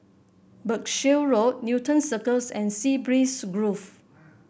Berkshire Road Newton Circus and Sea Breeze Grove